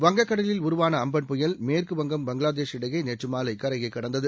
வங்கக்கடலில் உருவான அம்பன் புயல் மேற்குவங்கம் பங்ளாதேஷ் இடையே நேற்று மாலை கரையை கடந்தது